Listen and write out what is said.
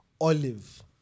olive